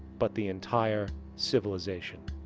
but the entire civilization.